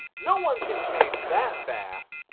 no one can change that fast,